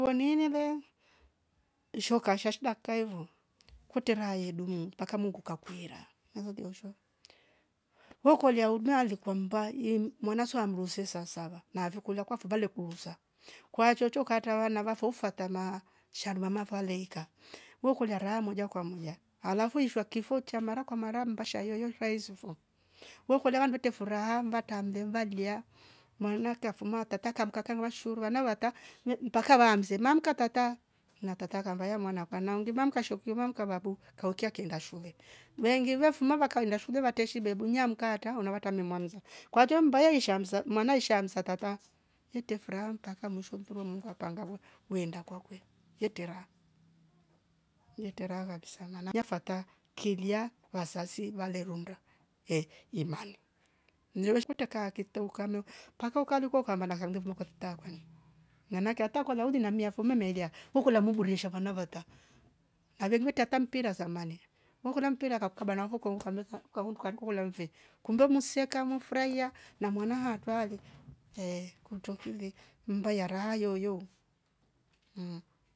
Wenyinilo ishuro kasha shida kaivo kutera yedumi mpaka mungu kakwera maloliosho wokolia udwale kwamba ye mwana swamruse sasava na vyukula kwa fyuvale kusaa kwa chocho kata wanava fo fatana sha mama valeika wekolia raha moja kwa moja alafu ishwa kifo cha mara kwa mara mbasha yoyo raizifo wekola wa ndwete furaha mvatamle mva lia malnaka fuma tata akabka akanywa shuru wana wata ye mpaka wamse mamka tata na tata kambaya mwana kana ngimba mkasha kwima mkavabu kaukia kaenda shule yenge vo fuma vakaenda shule wateshe lebunya mkata unawata mme manza kwa kia mbayo ishasma maana ishasma tata yeta furaha mataka mwisho mfirwa mungu apange we- wenda kwakwe yetera yetara kabisa maana yafata kilia wasasi vale romnda ehh imani, ni weshi ukute kakito ukameo paka ukaliko kambana nanake hata kwa daudi na miafo memelia hokola mungu riishi vana vata alingwetata mpira samane hokola mpira kakukaba navo kowo kameka ukahunda kamkula mve kumbe museeka amwa furahia na mwana hatwale ehh kutwo kile mbayara yoyo